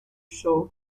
show